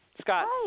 Scott